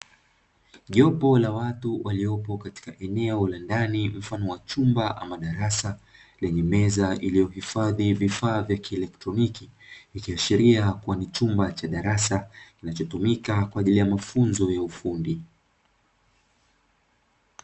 Jopo la watu waliopo katika eneo la ndani mfano wa chumba ama darasa lenye meza iliyohifadhi vifaa vya kielektroniki, ikiashiria kuwa ni chumba cha darasa kinachotumika kwajili ya mafunzo ya ufundi.